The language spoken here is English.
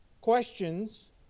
Questions